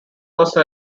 was